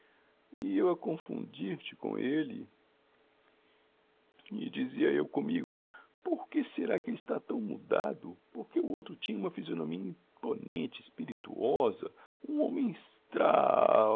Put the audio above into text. e eu a confundir te com elle e dizia eu commigo por que será que elle está tão mudado porque o outro tinha uma phisionomia imponente espirituosa um homem